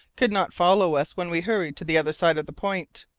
could not follow us when we hurried to the other side of the point.